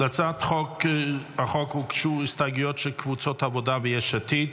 להצעת החוק הוגשו הסתייגויות של קבוצות העבודה ויש עתיד.